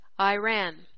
Iran